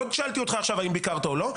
לא שאלתי אותך עכשיו האם ביקרת או לא,